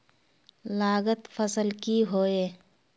लागत फसल की होय?